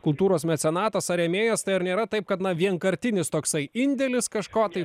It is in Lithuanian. kultūros mecenatas ar rėmėjas tai ar nėra taip kad na vienkartinis toksai indėlis kažko tai